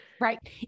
Right